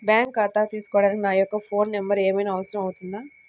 Bank ఖాతా తీసుకోవడానికి నా యొక్క ఫోన్ నెంబర్ ఏమైనా అవసరం అవుతుందా?